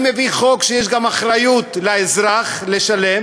אני מביא חוק שיש בו גם אחריות לאזרח לשלם,